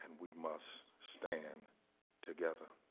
and we must stand together.